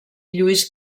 lluís